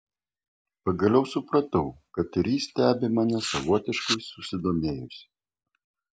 pagaliau supratau kad ir ji stebi mane savotiškai susidomėjusi